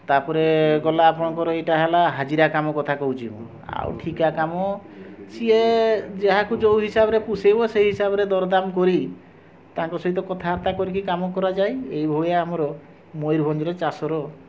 ତା'ପରେ ଗଲା ଆପଣଙ୍କର ଏଇଟା ହେଲା ହାଜିରା କାମ କଥା କହୁଛି ମୁଁ ଆଉ ଠିକା କାମ ସିଏ ଯାହାକୁ ଯେଉଁ ହିସାବରେ ପୋଷେଇବ ସେହି ହିସାବରେ ଦରଦାମ କରି ତାଙ୍କ ସହିତ କଥାବାର୍ତ୍ତା କରିକି କାମ କରାଯାଏ ଏହିଭଳିଆ ଆମର ମୟୂରଭଞ୍ଜର ଚାଷର